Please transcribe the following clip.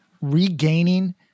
regaining